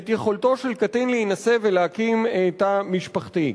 את יכולתו של קטין להינשא ולהקים תא משפחתי.